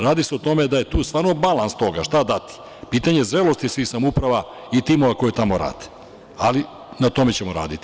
Radi se o tome da je tu stvarno balans toga, šta dati, pitanje zrelosti svih samouprava i timova koji tamo rade, ali na tome ćemo raditi.